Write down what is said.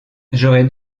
j’aurais